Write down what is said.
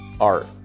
art